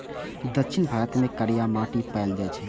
दक्षिण भारत मे करिया माटि पाएल जाइ छै